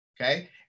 Okay